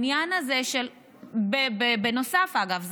בנוסף, אגב.